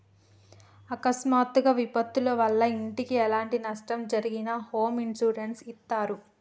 అకస్మాత్తుగా విపత్తుల వల్ల ఇంటికి ఎలాంటి నష్టం జరిగినా హోమ్ ఇన్సూరెన్స్ ఇత్తారు